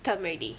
term already